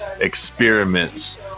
experiments